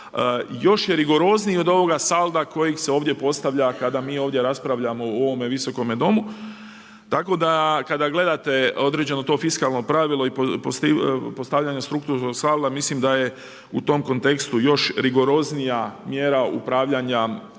još je rigorozniji od ovoga salda kojeg se ovdje postavlja kada mi ovdje raspravljamo u ovom visokome Domu, tako da kada gledate određeno to fiskalno pravilo i postavljanje strukturnog salda mislim da je u tom kontekstu još rigoroznija mjera upravljanja